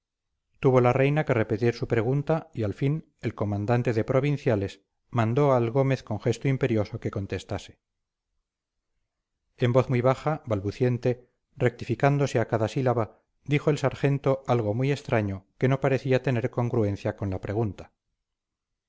tuvo la reina que repetir su pregunta y al fin el comandante de provinciales mandó al gómez con gesto imperioso que contestase en voz muy baja balbuciente rectificándose a cada sílaba dijo el sargento algo muy extraño que no parecía tener congruencia con la pregunta